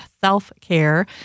self-care